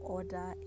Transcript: order